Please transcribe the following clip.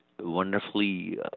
wonderfully